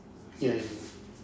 ya ya ya